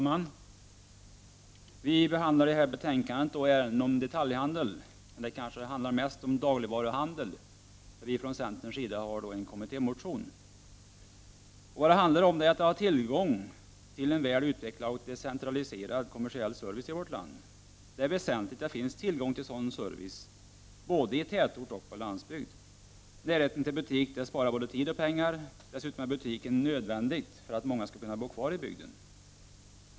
Fru talman! I detta betänkande behandlar vi ärenden som rör detaljhandeln. Det handlar dock kanske mest om dagligvaruhandeln, där vi från centerns sida har en kommittémotion. Det hela handlar om att man skall ha tillgång till en väl utvecklad och decentraliserad kommersiell service i vårt land. Det är väsentligt att det finns tillgång till sådan service både i tätorter och på landsbygd. Närheten till butiken sparar både tid och pengar. Dessutom är det nödvändigt med en butik för att många människor skall kunna bo kvar i bygden.